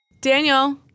Daniel